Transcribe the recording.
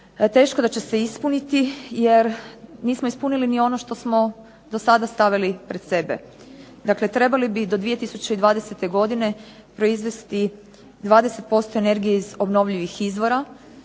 teško da će se ispuniti, jer nismo ispunili ni ono što smo do sada stavili pred sebe. Dakle trebali bi do 2020. godine proizvesti 20% energije iz obnovljivih izvora,